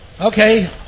Okay